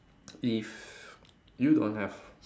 if you don't have